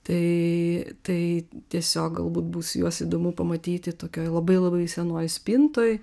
tai tai tiesiog galbūt bus juos įdomu pamatyti tokioj labai labai senoj spintoj